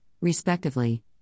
respectively